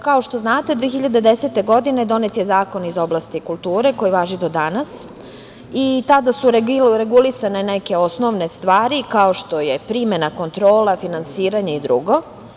Kao što znate, 2010. godine donet je Zakon iz oblasti kulture koji važi do danas i tada su regulisane neke osnovne stvari, kao što je primena, kontrola, finansiranje i drugo.